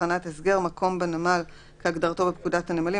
"תחנת הסגר" מקום בנמל כהגדרתו בפקודת הנמלים,